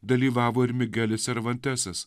dalyvavo ir migelis servantesas